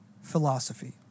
philosophy